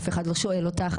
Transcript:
אף אחד לא שואל אותך.